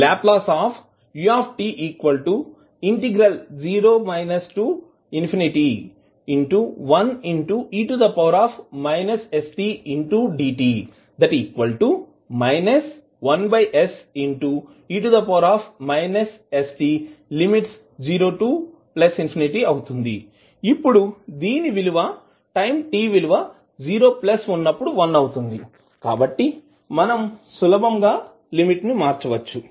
Lut0 1e stdt 1se st|0 ఇప్పుడు దీని విలువ టైం t విలువ 0 ఉన్నప్పుడు 1 అవుతుంది కాబట్టి మనం సులభంగా లిమిట్ ని మార్చవచ్చు